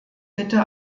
bitte